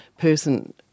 person